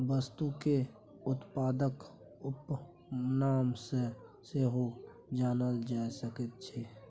वस्तुकेँ उत्पादक उपनाम सँ सेहो जानल जा सकैत छै